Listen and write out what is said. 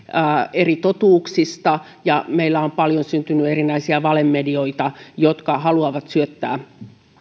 eri totuuksista ja meillä on paljon syntynyt erilaisia valemedioita jotka haluavat syöttää